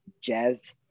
Jazz –